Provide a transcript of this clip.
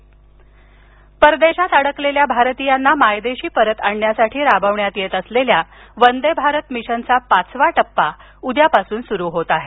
वदेभारत परदेशात अडकलेल्या भारतियांना मायदेशी परत आणण्यासाठी राबवण्यात येत असलेल्या वंदे भारत मिशनचा पाचवा टप्पा उद्यापासून सुरू होत आहे